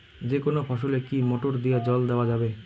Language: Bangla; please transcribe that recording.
যেকোনো ফসলে কি মোটর দিয়া জল দেওয়া যাবে?